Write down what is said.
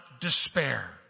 despair